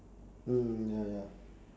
mm ya ya